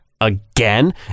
again